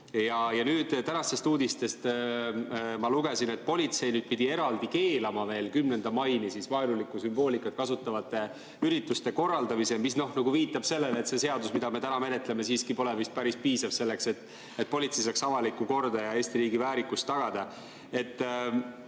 Nüüd, tänastest uudistest ma lugesin, et politsei pidi eraldi keelama veel 10. maini vaenulikku sümboolikat kasutavate ürituste korraldamise, mis viitab sellele, et see seadus, mida me täna menetleme, siiski pole vist päris piisav selleks, et politsei saaks avaliku korra ja Eesti riigi väärikuse tagada.